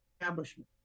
establishment